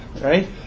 Right